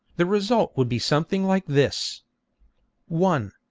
the result would be something like this one.